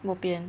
bopian